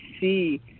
see